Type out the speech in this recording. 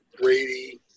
Brady –